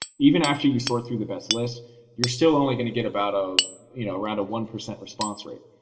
even after you sort through the best list you're still only going to get about ah you know around a one percent response rate.